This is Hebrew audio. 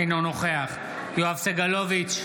אינו נוכח יואב סגלוביץ'